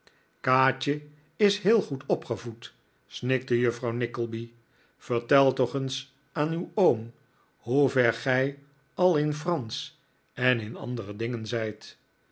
kaatje is heel goed opgevoed snikte juffrouw nickleby vertel toch eens aan uw oom hoever gij al in fransch en in andere dingen zijt